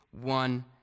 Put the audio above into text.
one